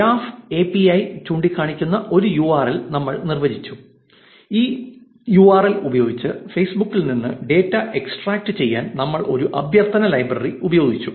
graph A P I ചൂണ്ടിക്കാണിക്കുന്ന ഒരു URL നമ്മൾ നിർവ്വചിച്ചു ഈ യൂആർഎൽ ഉപയോഗിച്ച് ഫേസ്ബുക് ൽ നിന്ന് ഡാറ്റ എക്സ്ട്രാക്റ്റുചെയ്യാൻ നമ്മൾ ഒരു അഭ്യർത്ഥന ലൈബ്രറി ഉപയോഗിച്ചു